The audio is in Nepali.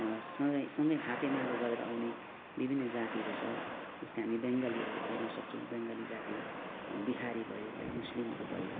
सँगै सँगै हातेमालो गरेर आउने विभिन्न जातिहरू छ जस्तै हामी बङ्गालीहरू हेर्न सक्छौँ बेङ्गाली जाति बिहारी भयो है मुस्लिमहरू भयो